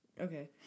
Okay